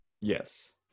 Yes